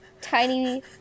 tiny